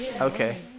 Okay